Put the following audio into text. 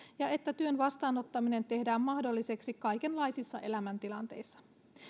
ja että työn vastaanottaminen tehdään mahdolliseksi kaikenlaisissa elämäntilanteissa